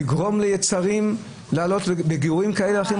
לגרום ליצרים לעלות בגירויים כאלה או אחרים?